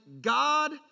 God